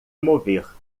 mover